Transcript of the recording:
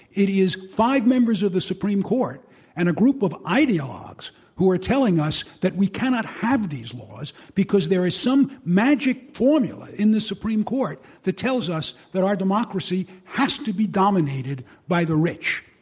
it is five members of the supreme court and a group of ideologues who are telling us that we cannot have these laws because there is some magic formula in the supreme court that tells us that our democracy has to be dominated by the rich.